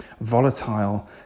volatile